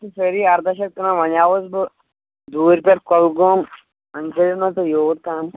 یہِ چھِ سٲری اردہ شٮ۪تھ کٕنان وۄنۍ آوُس بہٕ دوٗرِ پٮ۪ٹھ کۄلگوم وۄنۍ کٔرِو نہ تُہۍ یوٗت کَم